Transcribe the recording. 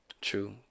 True